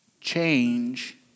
Change